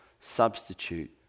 substitute